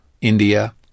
India